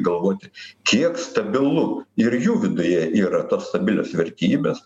galvoti kiek stabilu ir jų viduje yra tos stabilios vertybės